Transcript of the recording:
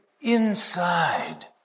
inside